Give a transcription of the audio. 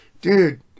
Dude